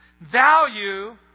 value